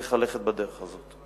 צריך ללכת בדרך הזאת.